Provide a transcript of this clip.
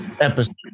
episode